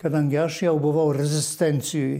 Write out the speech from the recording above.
kadangi aš jau buvau rezistencijoj